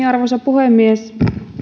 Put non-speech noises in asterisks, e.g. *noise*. *unintelligible* arvoisa puhemies